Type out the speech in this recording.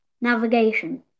Navigation